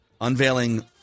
unveiling